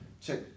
check